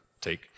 take